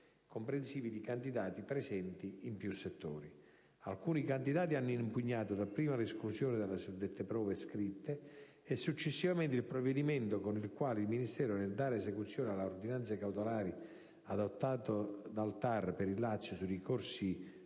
comprensivi di candidati presenti in più settori. Alcuni candidati hanno impugnato dapprima l'esclusione dalle suddette prove scritte e, successivamente, il provvedimento con il quale il Ministero, nel dare esecuzione alle ordinanze cautelari adottate dal TAR per il Lazio sui ricorsi